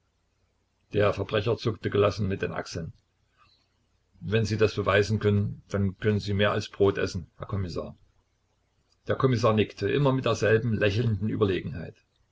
der verbrecher zuckte gelassen mit den achseln wenn sie das beweisen können dann können sie mehr als brot essen herr kommissar der kommissar nickte immer mit derselben lächelnden überlegenheit